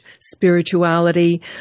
spirituality